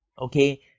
Okay